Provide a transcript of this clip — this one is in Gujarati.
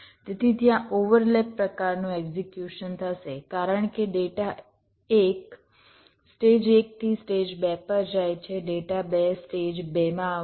તેથી ત્યાં ઓવરલેપ પ્રકારનું એક્ઝિક્યુશન થશે કારણ કે ડેટા 1 સ્ટેજ 1 થી સ્ટેજ 2 પર જાય છે ડેટા 2 સ્ટેજ 2 માં આવશે